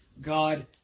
God